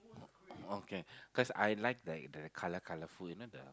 okay because I like the the colour colourful you know the